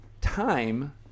time